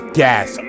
gas